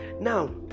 now